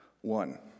One